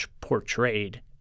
portrayed